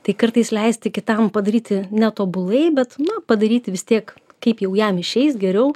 tai kartais leisti kitam padaryti netobulai bet na padaryti vis tiek kaip jau jam išeis geriau